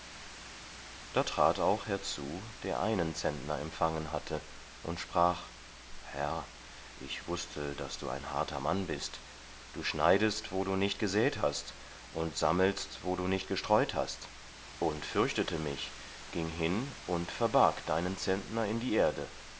da trat auch herzu der einen zentner empfangen hatte und sprach herr ich wußte das du ein harter mann bist du schneidest wo du nicht gesät hast und sammelst wo du nicht gestreut hast und fürchtete mich ging hin und verbarg deinen zentner in die erde